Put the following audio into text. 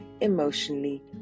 emotionally